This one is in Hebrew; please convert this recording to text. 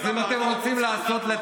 אז אם אתם רוצים להיכנס,